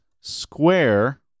square